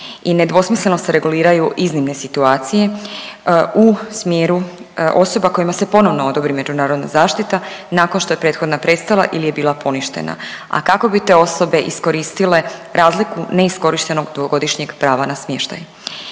i nedvosmisleno se reguliraju iznimne situacije u smjeru osoba kojima se ponovno odobri međunarodna zaštita nakon što je prethodna prestala ili je bila poništena, a kako bi te osobe iskoristile razliku neiskorištenog 2-godišnjeg prava na smještaj.